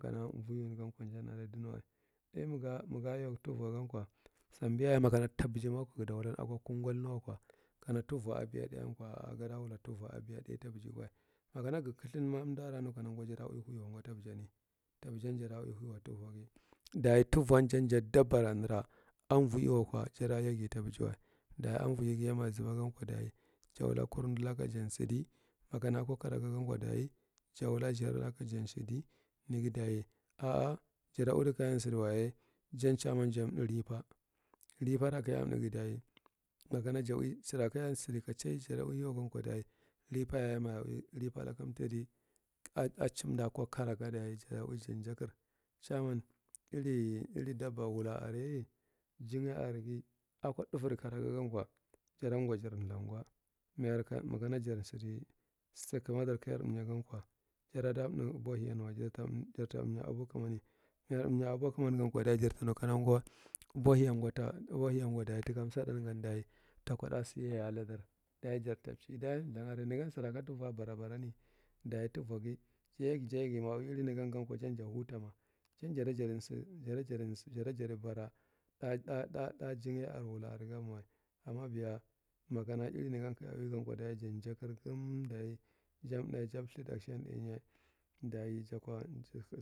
Umvi wungankwa, jan adi dunowa. ɗai maga, maga yau ta vwagankwa sambiyaye makana ta biji makwa gadan wulken akoo kungalniwakwa, kana tuvwa abiya ɗaiyan kwa, a a gada wula tuuwa ɗainyi ta bijigiwa. Makana ga kathanma, amda aran nu kunangwa jada ui huiwa ngwa ta bisani. Tabisan jada ui huiwa, tabijan jada ui huiwa tuvwani mth tuvwan, dayi tuvwan, jan ja dubbara nara anvuiwalewa jada yagita bijiwa. Dayi anvuigi yemaya gabagankwa dayi, jawula ku amdalakajan badi, makan akwa ka akagan kwa dayi, juwula tsarla jan sadi, nagi dayi a a jada udi kaya sadiwa yaye, jan caman san mba hipa mth liparakaya mɗagi dayi mth makan ja ui sara kaya sadi ka c, ja udigankwa dayi, hipayaye maya ui hipalale mthadi a cimdaka karaka dayi joro ui jan jakal camaniri dabba wula are, jinga arsi, akwa ɗafar karaka. Sankwa, jaran ngwa jar mthangwa. Mayar ka, makana jar sadi sa kamadar kayar ɗamnyagakwa jarada ɗa ubohiyanwa jarta am, jarta amnya ubokamani. Maya ɗamnya a aba kaman sam kwa, jarta nu kanangwa ubo hiyanngwa ta, ubohiyanngwa day taka nsaɗdanan jarta kwa ɗasa ya aladar, dayijarta mci, dayi thang are nagan araka tuvwa bara, barani. Dayi fuvwagi jayagijayagi ma ui iri nagankwa, ja futa ma. Jan jada jadi sa, jada jadisa, jada jadi bara ɗa ɗa, ɗa jingai are, wula are ganwa. Amma biya, makana iri nagan ka uigankwa dayi jan jakar gam dayi jam mɗa, jab mltha ɗakshan ɗainya dayi jakwa tasa.